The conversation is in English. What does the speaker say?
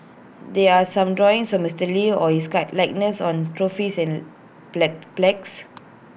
there are some drawings of Mister lee or his guy likeness on trophies and plague plagues